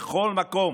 בכל מקום